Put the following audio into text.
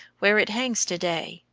where it hangs to-day,